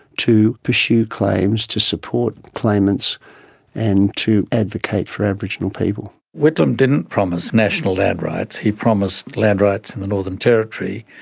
to pursue claims to support claimants and to advocate for aboriginal people. whitlam didn't promise national land rights. he promised land rights in the northern territory,